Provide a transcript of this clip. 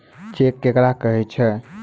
Cheque केकरा कहै छै?